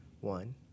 one